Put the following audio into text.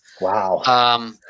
Wow